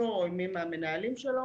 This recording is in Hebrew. איתו או עם מי מן המנהלים שלו.